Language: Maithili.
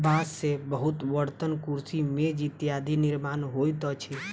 बांस से बहुत बर्तन, कुर्सी, मेज इत्यादिक निर्माण होइत अछि